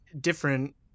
different